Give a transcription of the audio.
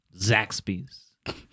Zaxby's